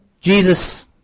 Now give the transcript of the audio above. Jesus